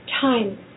time